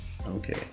Okay